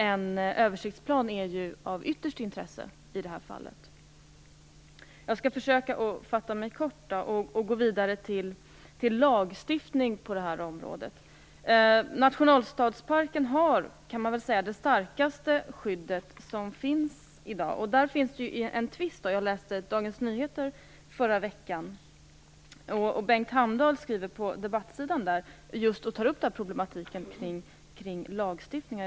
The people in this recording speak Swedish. En översiktsplan är ju av yttersta intresse i det här fallet. Jag skall försöka fatta mig kort och gå vidare till lagstiftningen på det här området. Nationalstadsparken har kan man säga det starkaste skyddet som finns i dag. Det finns en tvist om det. Jag läste Dagens Nyheter förra veckan. På debattsidan skriver Bengt Hamdahl om problematiken kring lagstiftningen.